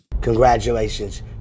Congratulations